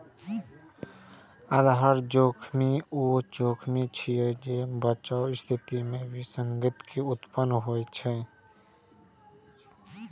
आधार जोखिम ऊ जोखिम छियै, जे बचावक स्थिति मे विसंगति के उत्पन्न होइ छै